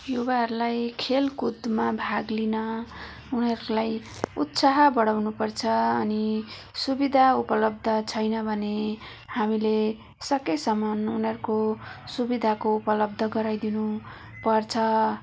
युवाहरूलाई खेलकुदमा भाग लिन उनीहरूलाई उत्साह बढाउनु पर्छ अनि सुविधा उपलब्ध छैन भने हामीले सकेसम्म उनीहरूको सुविधाको उपलब्ध गराइदिनु पर्छ